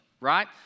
right